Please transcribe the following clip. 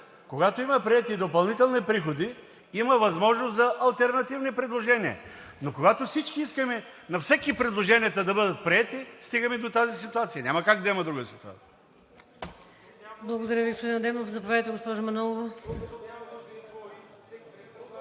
когато има приети и допълнителни приходи, има възможност за алтернативни предложения. Когато всички искаме на всеки предложенията да бъдат приети, стигаме до тази ситуация, няма как да има друга ситуация.